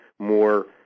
more